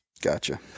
Gotcha